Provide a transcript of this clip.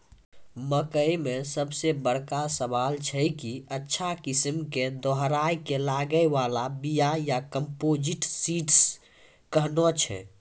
मकई मे सबसे बड़का सवाल छैय कि अच्छा किस्म के दोहराय के लागे वाला बिया या कम्पोजिट सीड कैहनो छैय?